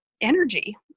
energy